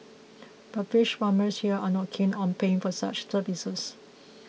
but fish farmers here are not keen on paying for such services